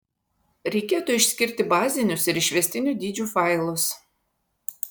reikėtų išskirti bazinius ir išvestinių dydžių failus